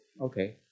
Okay